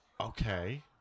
Okay